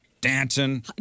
Dancing